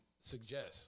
suggest